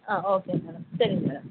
ஆ okay madam சரிங்க madam